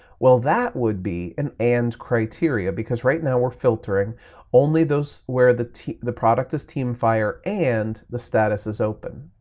well, that would be an and criteria because right now we're filtering only those where the the product is teamfire and the status is open.